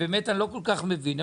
אני לא כל כך מבין,